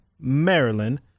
Maryland